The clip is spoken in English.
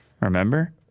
Remember